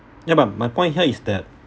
ya but my point here is that